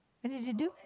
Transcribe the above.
what did you do